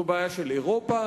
זו בעיה של אירופה